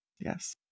Yes